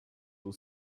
will